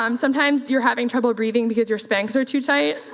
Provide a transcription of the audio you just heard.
um sometimes you're having trouble breathing because your spanx are too tight.